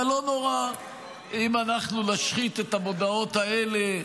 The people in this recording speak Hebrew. אבל לא נורא אם אנחנו נשחית את המודעות האלה,